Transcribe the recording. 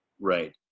Right